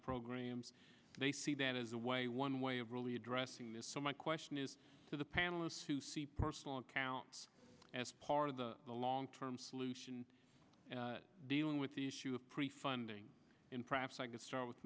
programs they see that as a way one way of really addressing this so my question is to the panelists who see personal accounts as part of the long term solution and dealing with the issue of prefunding in perhaps i could start with